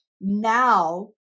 now